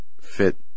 fit